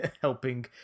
helping